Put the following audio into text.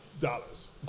dollars